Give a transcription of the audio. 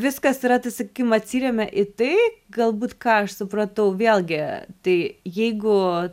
viskas yra tai sakykim atsiremia į tai galbūt ką aš supratau vėlgi tai jeigu